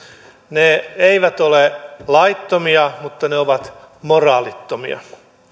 ne eivät ole laittomia mutta ne ovat moraalittomia